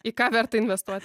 į ką verta investuot